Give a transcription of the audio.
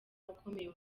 ukomeye